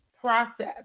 process